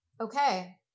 Okay